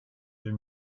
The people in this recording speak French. deux